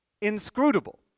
inscrutable